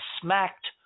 smacked